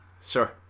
sure